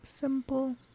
simple